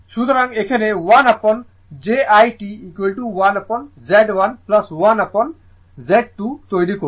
সুতরাং এখানে 1 upon j i t 1 upon z 1 1 upon z 2 তৈরি করুন